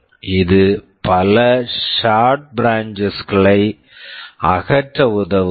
இது பல short branches short branches களை அகற்ற உதவுகிறது